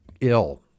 ill